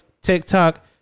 TikTok